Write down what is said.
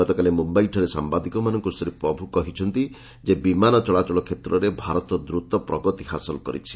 ଗତକାଲି ମୁମ୍ବାଇଠାରେ ସାମ୍ବାଦିକମାନଙ୍କୁ ଶ୍ରୀ ପ୍ରଭୁ କହିଛନ୍ତି ଯେ ବିମାନ ଚଳାଚଳ କ୍ଷେତ୍ରରେ ଭାରତ ଦ୍ରତ ପ୍ରଗତି ହାସଲ କରିଛି